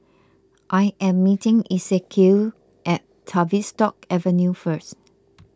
I am meeting Esequiel at Tavistock Avenue first